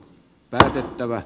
tätä tehtävää